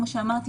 כמו שאמרתי,